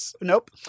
Nope